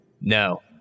No